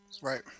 Right